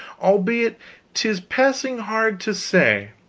albeit tis passing hard to say,